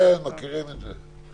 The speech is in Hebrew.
כן, מכירים את זה.